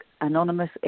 anonymous